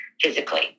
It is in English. physically